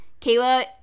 Kayla